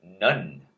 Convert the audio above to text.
None